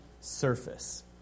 surface